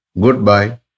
goodbye